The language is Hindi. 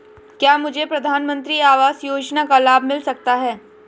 क्या मुझे प्रधानमंत्री आवास योजना का लाभ मिल सकता है?